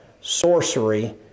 sorcery